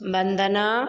वंदना